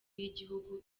b’igihugu